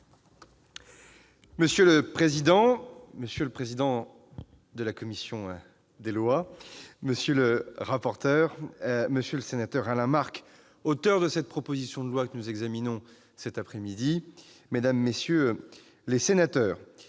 Monsieur le président, monsieur le vice-président de la commission des lois, monsieur le rapporteur, monsieur le sénateur Alain Marc, auteur de la proposition de loi que nous examinons cet après-midi, mesdames, messieurs les sénateurs,